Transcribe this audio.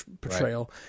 portrayal